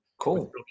cool